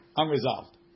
unresolved